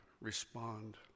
respond